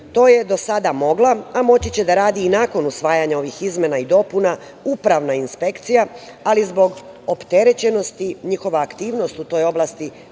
je do sada mogla, a moći će da radi nakon usvajanja ovih izmena i dopuna Upravna inspekcija, ali zbog opterećenosti njihova aktivnost u toj oblasti